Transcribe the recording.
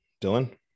Dylan